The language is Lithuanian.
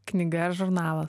knyga žurnalas